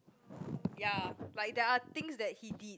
ya like there are things that he did